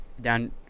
down